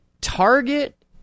Target